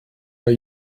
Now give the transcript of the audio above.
are